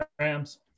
Rams